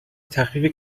تخفیف